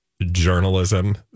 journalism